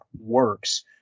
works